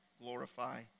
glorify